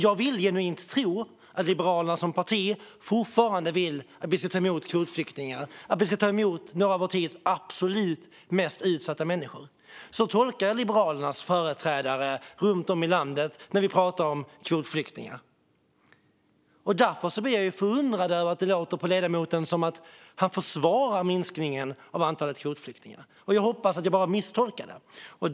Jag vill genuint tro att Liberalerna som parti fortfarande vill att vi ska ta emot kvotflyktingar, det vill säga några av vår tids mest utsatta människor. Så tolkar jag Liberalernas företrädare runt om i landet när vi pratar om kvotflyktingar. Därför blir jag förundrad när det låter som att ledamoten försvarar minskningen av antalet kvotflyktingar. Jag hoppas att jag bara misstolkar honom.